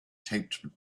taped